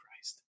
Christ